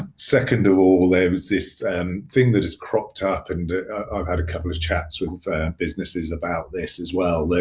second of all, there was this and thing that has cropped up, and i've had a couple of chats with businesses about this as well, like